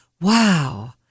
Wow